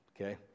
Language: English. Okay